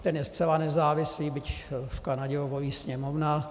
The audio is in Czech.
Ten je zcela nezávislý, byť v Kanadě ho volí Sněmovna.